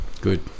Good